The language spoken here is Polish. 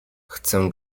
chcę